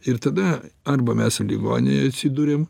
ir tada arba mes ligoninėj atsiduriame